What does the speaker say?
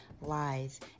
lies